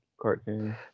cartoon